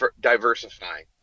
diversifying